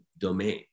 domain